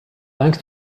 thanks